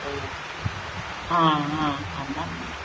ഓ ആ ആ എന്നാൽ